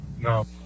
No